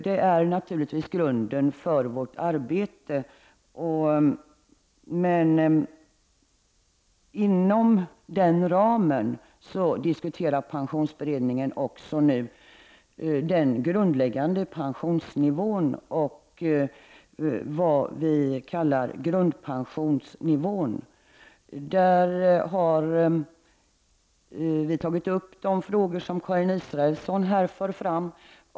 Detta är grunden för vårt arbete. Inom denna ram diskuterar pensionsberedningen också vad vi kallar grundpensionsnivån. Där har vi tagit upp de frågor som bl.a. Karin Israelsson förde fram.